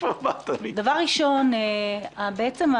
דבר ראשון, בעצם,